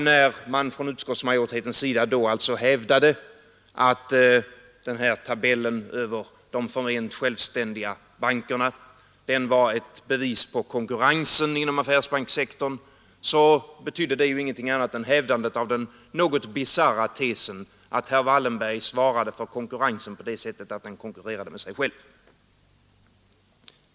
När man från utskottsmajoritetens sida hävdade att den här tabellen över de förment självständiga bankerna var ett bevis på konkurrensen inom affärsbankssektorn betydde det alltså ingenting annat än hävdandet av den något bisarra tesen att herr Wallenberg svarade för konkurrensen på det sättet att han konkurrerade med sig själv.